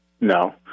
No